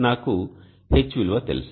నాకు H విలువ తెలుసు